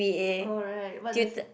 oh right what does